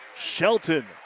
Shelton